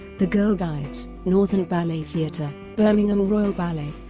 the girl guides, northern ballet theatre, birmingham royal ballet,